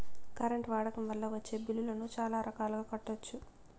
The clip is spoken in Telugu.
కరెంట్ వాడకం వల్ల వచ్చే బిల్లులను చాలా రకాలుగా కట్టొచ్చు